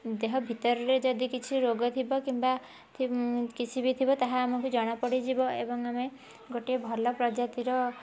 ଦେହ ଭିତରରେ ଯଦି କିଛି ରୋଗ ଥିବ କିମ୍ବା କିଛି ବି ଥିବ ତାହା ଆମକୁ ଜଣା ପଡ଼ିଯିବ ଏବଂ ଆମେ ଗୋଟେ ଭଲ ପ୍ରଜାତିର